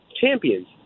champions